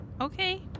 Okay